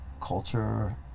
culture